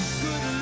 good